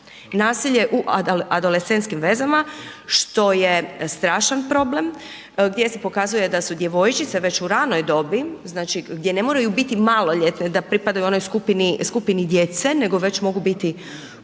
nasilje u adolescentskim vezama što je strašan problem, gdje se pokazuje da su djevojčice već u ranoj dobi, gdje ne moraju biti maloljetne da pripadaju onoj skupini djece nego već mogu biti